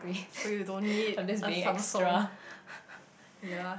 so you don't need a Samsung ya